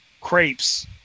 Crepes